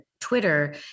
Twitter